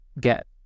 get